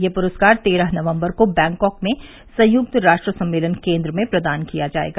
यह पुरस्कार तेरह नवम्बर को बैंकाक में संयुक्त राष्ट्र सम्मेलन केन्द्र में प्रदान किया जायेगा